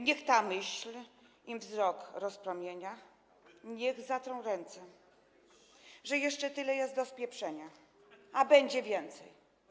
Niechaj ta myśl im wzrok rozpromienia, niech zatrą ręce,/ że tyle jeszcze jest do spieprzenia, a będzie więcej”